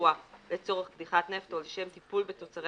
קבוע לצורך קדיחת נפט או לשם טיפול בתוצרי